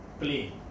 play